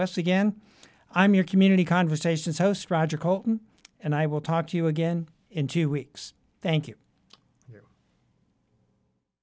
us again i'm your community conversations host roger coleman and i will talk to you again in two weeks thank you